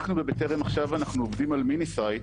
אנחנו עובדים עכשיו ב"בטרם" על מיניסייט